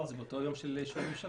זה באותו היום של אישור הממשלה.